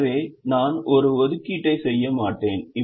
எனவே நான் ஒரு ஒதுக்கீட்டை செய்ய மாட்டேன்